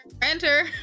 Enter